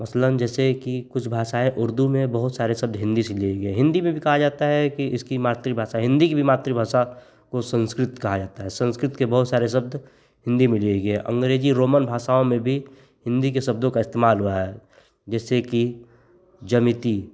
जैसे कि कुछ भाषाएँ उर्दू में बहुत सारे शब्द हिन्दी से लिए गए हिन्दी में भी कहा जाता है कि इसकी मातृभाषा हिन्दी की भी मातृभाषा को संस्कृत कहा जाता है संस्कृत के बहुत सारे शब्द हिन्दी में लिए गए अँग्रेजी रोमन भाषाओं में भी हिन्दी के शब्दों का इस्तेमाल हुआ है जैसे कि जमिति